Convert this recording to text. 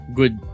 good